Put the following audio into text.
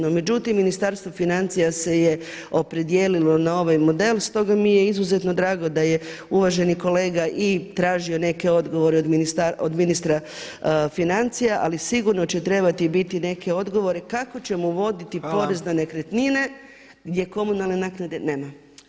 No međutim, Ministarstvo financija se je opredijelilo na ovaj model stoga mi je izuzetno drago da je uvaženi kolega i tražio neke odgovore od ministra financija ali sigurno će trebati i biti neke odgovore kako ćemo uvoditi porez na nekretnine gdje komunalne naknade nema.